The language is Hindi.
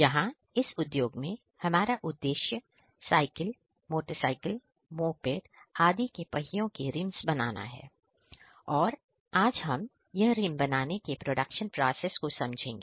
यहां इस उद्योग में हमारा उद्देश्य साइकिल मोटरसाइकिल मोपेड आदि के पहियों के रिम्स बनाना है और आज हम यह रिंग बनाने के प्रोडक्शन प्रोसेस को समझेंगे